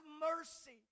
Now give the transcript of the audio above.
mercy